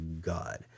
God